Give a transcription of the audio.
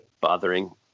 bothering